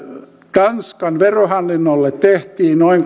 tanskan verohallinnolle tehtiin noin